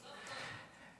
סוף טוב.